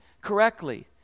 correctly